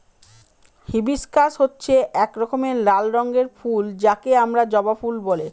hibiscus হচ্ছে এক রকমের লাল রঙের ফুল যাকে আমরা জবা ফুল বলে